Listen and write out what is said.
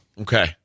Okay